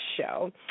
show